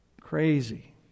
crazy